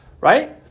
right